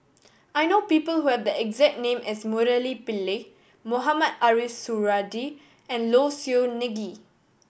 I know people who have the exact name as Murali Pillai Mohamed Ariff Suradi and Low Siew Nghee